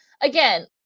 again